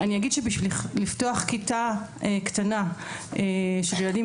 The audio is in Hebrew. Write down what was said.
בשביל לפתוח כיתה קטנה של ילדים עם